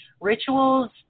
Rituals